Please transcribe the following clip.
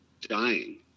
dying